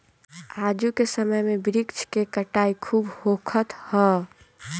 आजू के समय में वृक्ष के कटाई खूब होखत हअ